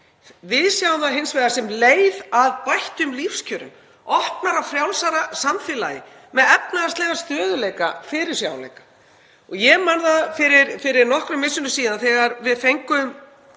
Við sjáum það hins vegar sem leið að bættum lífskjörum, opnara frjálsara samfélagi með efnahagslegan stöðugleika og fyrirsjáanleika. Ég man það fyrir nokkrum misserum síðan þegar við fengum